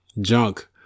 junk